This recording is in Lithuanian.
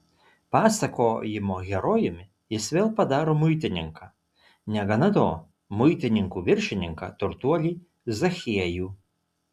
pasakojimo herojumi jis vėl padaro muitininką negana to muitininkų viršininką turtuolį zachiejų